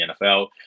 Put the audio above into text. NFL